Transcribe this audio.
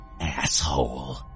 asshole